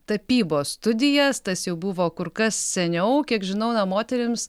tapybos studijas tas jau buvo kur kas seniau kiek žinau na moterims